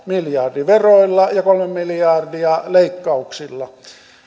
miljardi veroilla ja kolme miljardia leikkauksilla